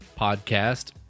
podcast